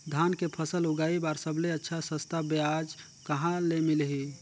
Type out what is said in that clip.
धान के फसल उगाई बार सबले अच्छा सस्ता ब्याज कहा ले मिलही?